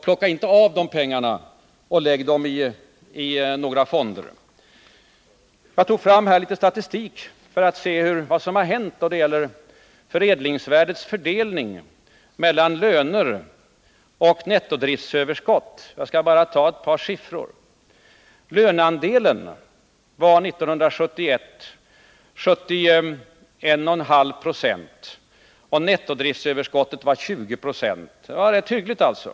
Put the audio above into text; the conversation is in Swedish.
Plocka inte av dem pengarna för att lägga dessa i politiska fonder! Jag tog fram litet statistik för att se vad som har hänt när det gäller förädlingsvärdets fördelning mellan löner och nettodriftsöverskott, och jag skall nämna ett par siffror. Löneandelen uppgick 1971 till 71,5 26, och nettodriftsöverskottet var 20 0 — rätt hyggligt alltså.